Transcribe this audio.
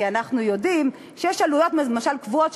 כי אנחנו יודעים שיש עלויות קבועות,